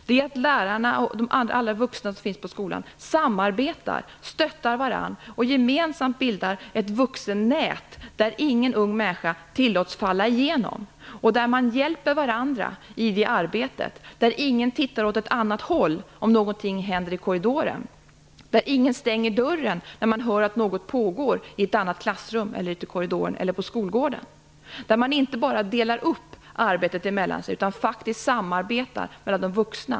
Det är att lärarna och alla vuxna som finns på skolan samarbetar, stöttar varann och gemensamt bildar ett vuxennät som ingen ung människa tillåts falla igenom. Det är att man hjälper varandra i det arbetet. Ingen tittar åt ett annat håll om någonting händer i korridoren. Ingen stänger dörren när man hör att något pågår i ett annat klassrum, i korridoren eller på skolgården. Man delar inte bara upp arbetet emellan sig, utan faktiskt samarbetar som vuxna.